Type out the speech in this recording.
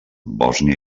bòsnia